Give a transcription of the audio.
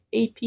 AP